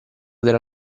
della